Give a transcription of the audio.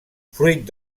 fruit